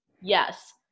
Yes